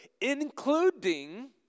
including